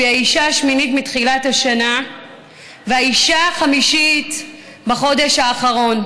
והיא האישה השמינית מתחילת השנה והאישה החמישית בחודש האחרון.